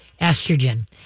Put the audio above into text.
estrogen